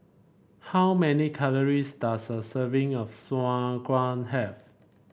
how many calories does a serving of Sauerkraut have